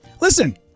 Listen